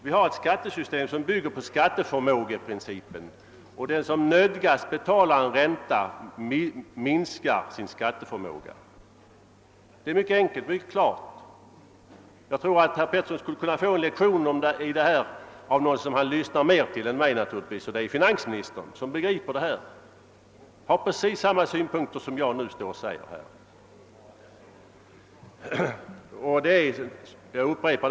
Vi har ett skattesystem som bygger på skatteförmågeprincipen, och den som nödgas betala ränta förlorar i skatteförmåga. Det är mycket enkelt och klart. Jag tror att herr Pettersson skulle kunna få en lektion om detta av någon som han lyssnar mer till än mig, nämligen finansministern, som ju begriper det här. Han har precis samma synpunkter på denna fråga som dem jag framfört här.